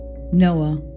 Noah